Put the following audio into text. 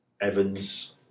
Evans